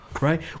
Right